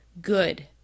good